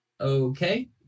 Okay